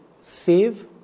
save